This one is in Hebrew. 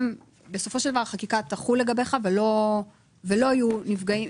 החקיקה תחול לגביהן ולא יהיו נפגעים.